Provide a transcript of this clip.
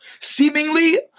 Seemingly